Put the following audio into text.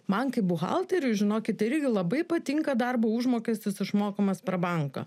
man kaip buhalteriui žinokit irgi labai patinka darbo užmokestis išmokamas per banką